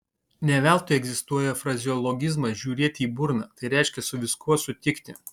ne veltui egzistuoja frazeologizmas žiūrėti į burną tai reiškia su viskuo sutikti